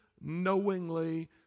knowingly